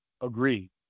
agreed